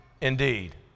indeed